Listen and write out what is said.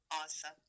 Awesome